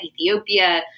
Ethiopia